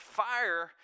fire